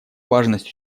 важность